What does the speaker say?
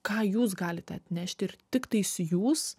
ką jūs galite atnešti ir tiktais jūs